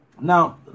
Now